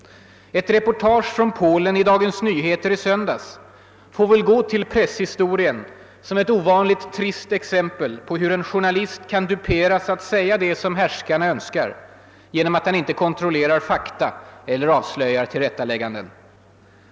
Ett reportage från Polen i Dagens Nyheter i söndags får väl gå till presshistorien som ett ovanligt trist exempel på hur en journalist kan duperas att säga det som härskarna önskar genom att han inte kontrollerar fakta eller avslöjar tillrättalägganden.